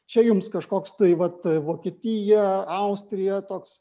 čia jums kažkoks tai vat vokietija austrija toks